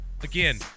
Again